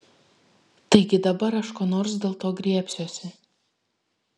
taigi dabar aš ko nors dėl to griebsiuosi